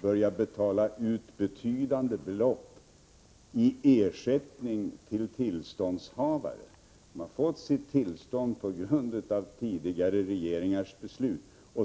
börja betala ut betydande beloppi ersättning till tillståndshavare som har fått sitt tillstånd på grund av tidigare regeringars beslut.